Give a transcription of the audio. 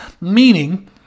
Meaning